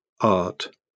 art